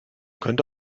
könnte